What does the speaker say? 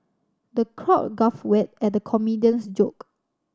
the crowd guffawed we at the comedian's joke